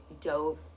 dove